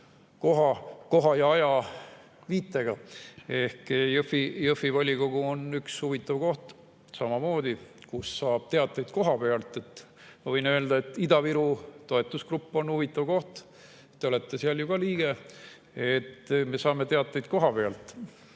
koha- ja ajaviitega. Jõhvi volikogu on üks huvitav koht samamoodi, kust saab teateid kohapealt. Ma võin öelda, et Ida-Viru toetus[rühm] on huvitav koht, te olete seal ju ka liige, me saame teateid kohapealt.